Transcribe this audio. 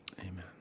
Amen